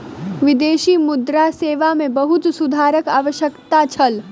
विदेशी मुद्रा सेवा मे बहुत सुधारक आवश्यकता छल